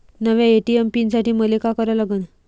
नव्या A T M pin साठी मले का करा लागन?